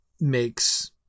makes